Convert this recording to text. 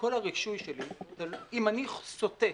שכל הרישוי שלי, אם אני סוטה